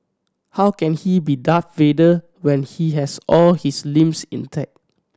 how can he be Darth Vader when he has all his limbs intact